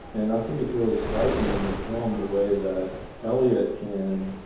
and i think it's really striking in the film, the way that elliot can